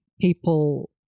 people